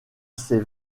ces